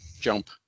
jump